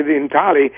entirely